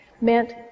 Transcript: meant